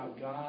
God